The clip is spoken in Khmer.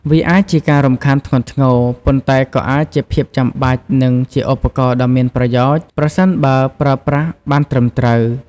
វាអាចជាការរំខានធ្ងន់ធ្ងរ ប៉ុន្តែក៏អាចជាភាពចាំបាច់ និងជាឧបករណ៍ដ៏មានប្រយោជន៍ ប្រសិនបើប្រើប្រាស់បានត្រឹមត្រូវ។